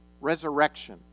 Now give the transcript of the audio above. resurrection